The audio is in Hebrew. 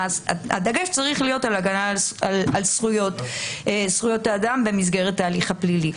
הדגש צריך להיות על הגנה על זכויות האדם במסגרת ההליך הפלילי,